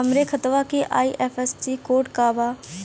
हमरे खतवा के आई.एफ.एस.सी कोड का बा?